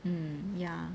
um ya